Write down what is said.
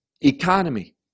economy